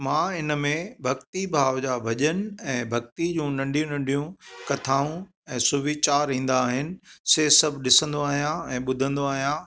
मां हिन में भक्ति भाव जा भॼन ऐं भक्तियूं जूं नंढियूं नंढियूं कथाऊं ऐं सुविचार ईंदा आहिनि से सभु ॾिसंदो आहियां ऐं ॿुधंदो आहियां